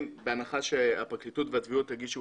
בהנחה שהפרקליטות והתביעות הגישו